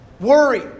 Worry